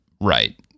right